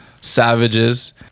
savages